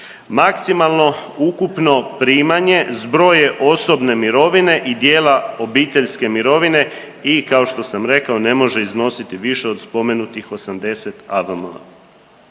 Maksimalno ukupno primanje zbroj je osobne mirovine i dijela obiteljske mirovine i kao što sam rekao ne može iznositi više od spomenutih 80 AVM-a.